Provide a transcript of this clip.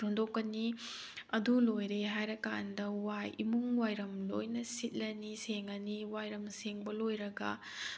ꯊꯦꯡꯗꯣꯛꯀꯅꯤ ꯑꯗꯨ ꯂꯣꯏꯔꯦ ꯍꯥꯏꯔꯀꯥꯟꯗ ꯋꯥꯏ ꯏꯃꯨꯡ ꯋꯥꯏꯔꯝ ꯂꯣꯏꯅ ꯁꯤꯠꯂꯅꯤ ꯁꯦꯡꯑꯅꯤ ꯋꯥꯏꯔꯝ ꯁꯦꯡꯕ ꯂꯣꯏꯔꯒ